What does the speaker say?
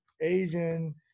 asian